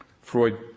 Freud